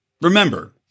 remember